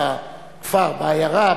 בעיירה,